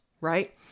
right